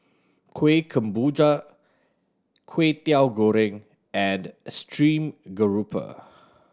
Kuih Kemboja Kway Teow Goreng and stream grouper